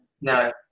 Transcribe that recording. no